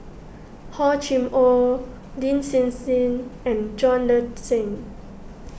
Hor Chim or Lin Hsin Hsin and John Le Cain